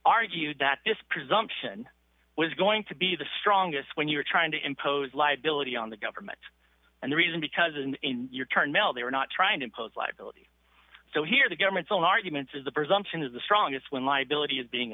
argued that this presumption was going to be the strongest when you were trying to impose liability on the government and the reason because in your turn mill they were not trying to impose liability so here the government's own arguments is the presumption is the strongest when liability is being